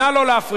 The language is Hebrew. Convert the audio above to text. נא לא להפריע.